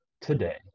today